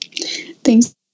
Thanks